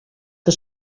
que